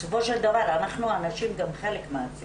בסופו של דבר אנחנו הנשים גם חלק מהציבור.